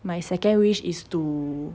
my second wish is to